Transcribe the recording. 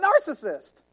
narcissist